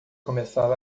começar